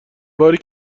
باری